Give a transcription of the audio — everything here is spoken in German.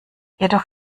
jedoch